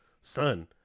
son